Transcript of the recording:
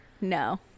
No